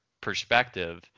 perspective